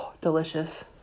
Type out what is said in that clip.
delicious